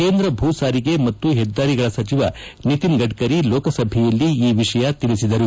ಕೇಂದ್ರ ಭೂ ಸಾರಿಗೆ ಮತ್ತು ಹೆದ್ದಾರಿಗಳ ಸಚಿವ ನಿತಿನ್ ಗಡ್ಡರಿ ಲೋಕಸಭೆಯಲ್ಲಿಂದು ಈ ವಿಷಯ ತಿಳಿಸಿದರು